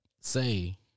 say